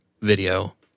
video